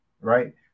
right